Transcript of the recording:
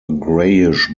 grayish